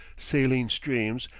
saline streams,